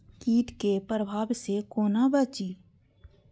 कीट के प्रभाव से कोना बचीं?